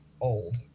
old